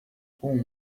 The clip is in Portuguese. com